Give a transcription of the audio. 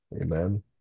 Amen